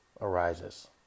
arises